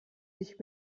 sich